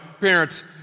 parents